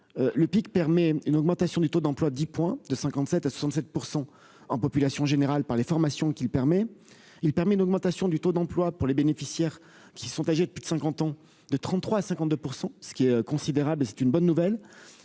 le pic permet une augmentation du taux d'emploi 10 points de 57 à 67 % en population générale par les formations qui le permet, il permet une augmentation du taux d'emploi pour les bénéficiaires, qui sont âgés de plus de 50 ans de 33 52 %, ce qui est considérable, c'est une bonne nouvelle,